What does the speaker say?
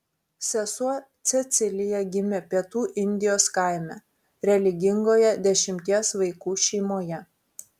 sesuo cecilija gimė pietų indijos kaime religingoje dešimties vaikų šeimoje